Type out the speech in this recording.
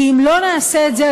כי אם לא נעשה את זה,